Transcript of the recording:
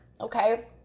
okay